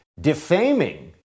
defaming